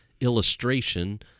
illustration